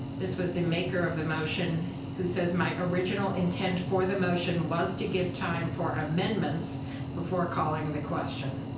this was the maker of the motion who says my original intent for the motion was to give time for amendments before calling the question.